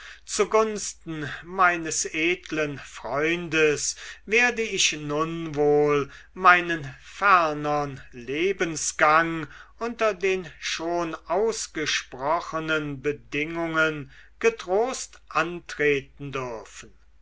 geschäfts zugunsten meines edlen freundes werde ich nun wohl meinen fernern lebensgang unter den schon ausgesprochenen bedingungen getrost antreten dürfen